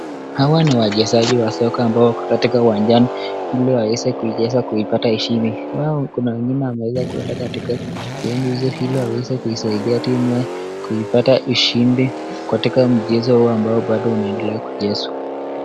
Hawa ni wachezaji wa soka ambao wako katika uwanjani ili waweze kucheza kuipata ushindi. Nao kuna wengine wameweza kwenda katika sehemu hizo ili waweze kuisaidia timu yao kuipata ushindi katika mchezo huu ambao bado unaendelea kuchezwa.